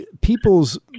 people's